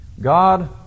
God